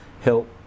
help